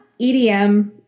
EDM